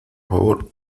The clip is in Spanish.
favor